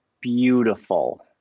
beautiful